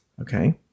Okay